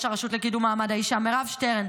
הרשות לקידום מעמד האישה מירב שטרן,